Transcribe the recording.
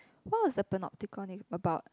what was the panopticon about